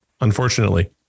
Unfortunately